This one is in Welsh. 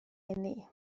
eni